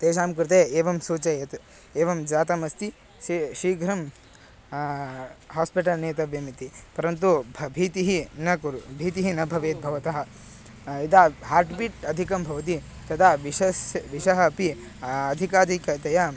तेषां कृते एवं सूचयेत् एवं जातमस्ति सी शीघ्रं हास्पिटल् नेतव्यम् इति परन्तु भ भीतिः न कुरु भीतिः न भवेत् भवतः यदा हार्ट्पीट् अधिकं भवति तदा विषस्य विषः अपि अधिकाधिकतया